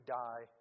die